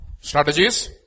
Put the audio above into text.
Strategies